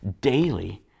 daily